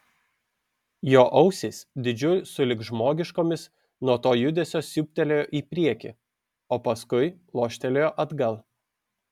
jo ausys dydžiu sulig žmogiškomis nuo to judesio siūbtelėjo į priekį o paskui loštelėjo atgal